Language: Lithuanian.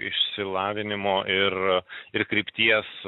išsilavinimo ir ir krypties